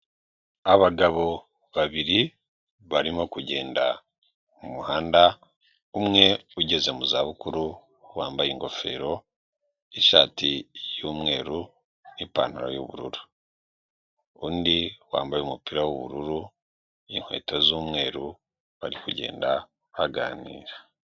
Abagabo babiri barimo kugenda mu muhanda, umwe ugeze mu za bukuru wambaye ingofero, ishati y'umweru, n'ipantaro y'ubururu, undi wambaye umupira w'ubururu n'inkweto z'umweru, bari kugenda baganira.